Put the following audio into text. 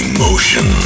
Emotion